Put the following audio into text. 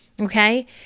Okay